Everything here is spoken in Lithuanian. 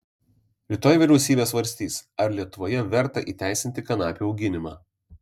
rytoj vyriausybė svarstys ar lietuvoje verta įteisinti kanapių auginimą